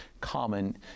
common